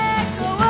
echo